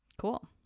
Cool